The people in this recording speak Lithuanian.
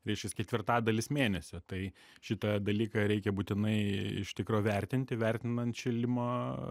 reiškias ketvirtadalis mėnesio tai šitą dalyką reikia būtinai iš tikro vertinti vertinant šildymo